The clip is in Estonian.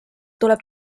tuleb